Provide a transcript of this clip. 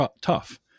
tough